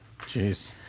Jeez